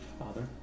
father